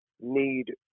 need